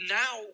now